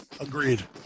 agreed